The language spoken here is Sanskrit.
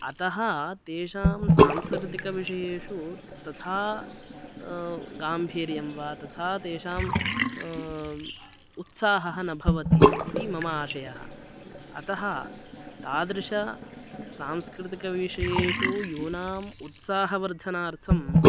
अतः तेषां सांस्कृतिकविषयेषु तथा गाम्भीर्यं वा तथा तेषाम् उत्साहः न भवति इति मम आशयः अतः तादृशेषु सांस्कृतिकविषयेषु यूनाम् उत्साहवर्धनार्थं